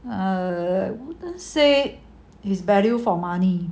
err say is value for money